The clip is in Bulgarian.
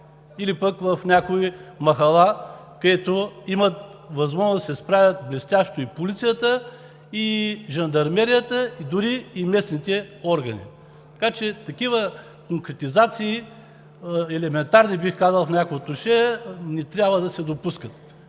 или пък в някоя махала, където имат възможност да се справят блестящо и полицията, и жандармерията, дори и местните органи, така че такива конкретизации, елементарни, бих казал, в някои отношения, не трябва да се допускат.